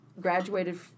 graduated